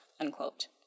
unquote